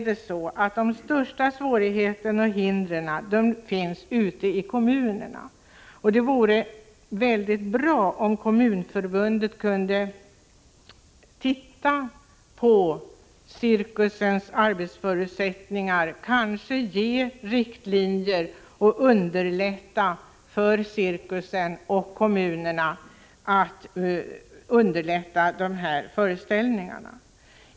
De största svårigheterna och hindren finns naturligtvis ute i kommunerna. Det vore därför väldigt bra om Kommunförbundet kunde titta på cirkusens arbetsförutsättningar och kanske ge riktlinjer till kommunerna för vad man kan göra för att underlätta cirkusföreställningar.